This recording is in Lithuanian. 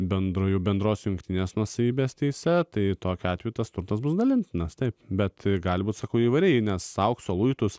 bendrojo bendros jungtinės nuosavybės teise tai tokiu atveju tas turtas bus dalintinas taip bet gali būti sakau įvairiai nes aukso luitus